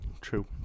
true